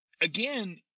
again